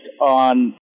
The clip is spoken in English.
on